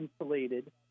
insulated